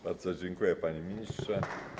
Bardzo dziękuję, panie ministrze.